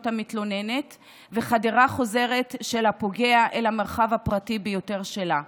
המתלוננת וחדירה חוזרת של הפוגע אל המרחב הפרטי ביותר שלה.